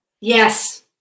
Yes